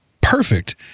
perfect